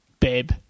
Babe